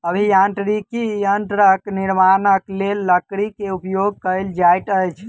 अभियांत्रिकी यंत्रक निर्माणक लेल लकड़ी के उपयोग कयल जाइत अछि